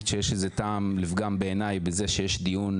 שיש איזה טעם לפגם בעיניי שיש דיון,